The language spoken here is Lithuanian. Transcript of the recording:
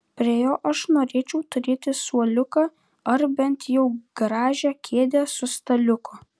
prie jo aš norėčiau turėti suoliuką ar bent jau gražią kėdę su staliuku